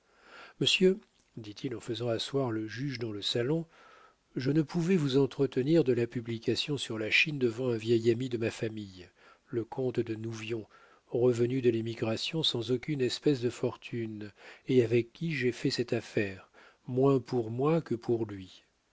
monsieur dit-il en faisant asseoir le juge dans le salon je ne pouvais vous entretenir de la publication sur la chine devant un vieil ami de ma famille le comte de nouvion revenu de l'émigration sans aucune espèce de fortune et avec qui j'ai fait cette affaire moins pour moi que pour lui